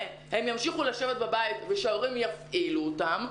והם ימשיכו לשבת בבית ושההורים יפעילו אותם,